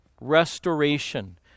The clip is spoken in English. restoration